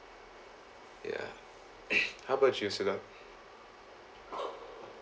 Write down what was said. ya how about you sulah